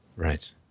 Right